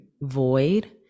void